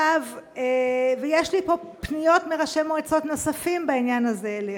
יש לי פה פניות מראשי מועצות נוספים בעניין הזה אליך.